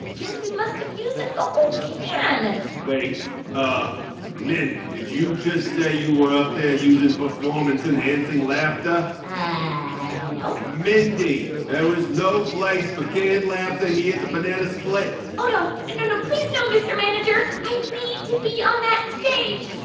guess we must have used up the whole can wait a minute. did you just say you were up there using performance-enhancing laughter? ah, no mindy, there is no place for canned laughter here at the banana split oh, no. and no, no. please, no, mr. manager. i need to be on that stage.